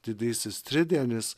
didysis tridienis